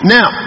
Now